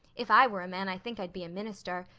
if i were a man i think i'd be a minister.